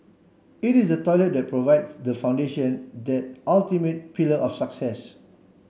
it is the toilet that provides the foundation that ultimate pillar of success